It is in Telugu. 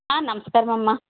నమస్కారమమ్మా